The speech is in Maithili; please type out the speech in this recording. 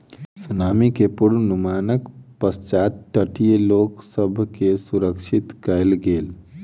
सुनामी के पुर्वनुमानक पश्चात तटीय लोक सभ के सुरक्षित कयल गेल